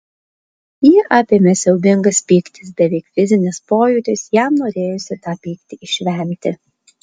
jį apėmė siaubingas pyktis beveik fizinis pojūtis jam norėjosi tą pyktį išvemti